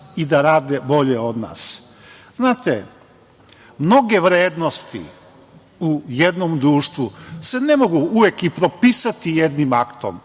i da rade bolje od nas. Znate, mnoge vrednosti u jednom društvu se ne mogu uvek i propisati jednim aktom.